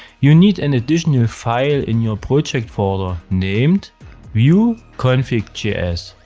you need an additional file in your project folder, named vue config js,